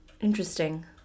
Interesting